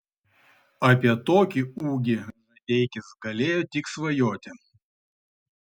apie tokį ūgį žadeikis galėjo tik svajoti